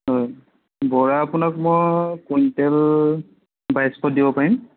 হয় বৰা আপোনাক মই কুইণ্টেল বাইছশ দিব পাৰিম